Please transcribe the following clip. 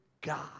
God